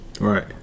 Right